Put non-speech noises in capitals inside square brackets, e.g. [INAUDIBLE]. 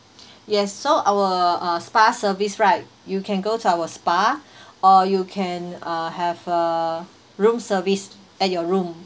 yes so our uh spa service right you can go to our spa [BREATH] or you can uh have a room service at your room